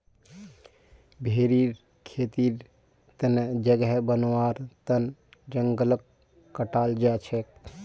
भेरीर खेतीर तने जगह बनव्वार तन जंगलक काटाल जा छेक